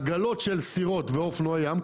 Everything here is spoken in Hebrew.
עגלות של סירות ואופנועי ים,